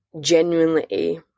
genuinely –